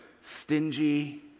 stingy